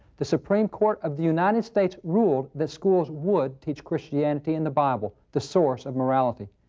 the supreme court of the united states ruled that schools would teach christianity in the bible, the source of morality.